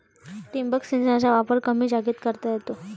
ठिबक सिंचनाचा वापर कमी जागेत करता येतो